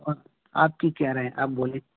اور آپ کی کیا رہے ہیں آپ بولیں